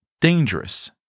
dangerous